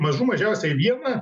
mažų mažiausiai vieną